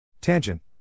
Tangent